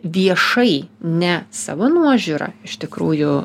viešai ne savo nuožiūra iš tikrųjų